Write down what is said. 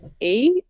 eight